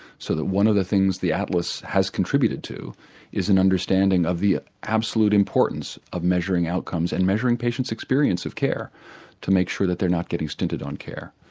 so that one of the things the atlas has contributed to is an understanding of the absolute importance of measuring outcomes and measuring patients' experience of care to make sure that they are not getting stinted on care.